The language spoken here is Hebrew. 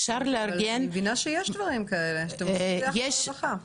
אני מבינה שיש דברים כאלה שאתם עושים יחד עם הרווחה.